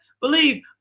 believe